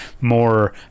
more